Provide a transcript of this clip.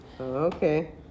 Okay